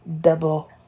double